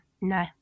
no